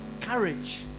Courage